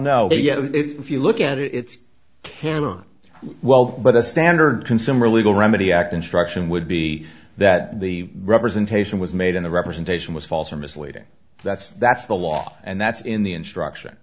now if you look at it it's camera well but the standard consumer legal remedy act instruction would be that the representation was made in the representation was false or misleading that's that's the law and that's in the instruction